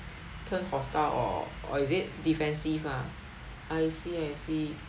turn hostile or or is it defensive ah I see I see